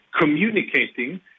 communicating